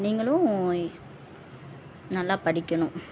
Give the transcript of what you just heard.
நீங்களும் நல்லா படிக்கணும்